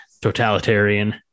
totalitarian